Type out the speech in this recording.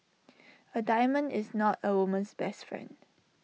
A diamond is not A woman's best friend